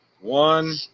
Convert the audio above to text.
One